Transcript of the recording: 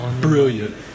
brilliant